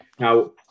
Now